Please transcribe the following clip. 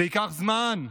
זה ייקח זמן,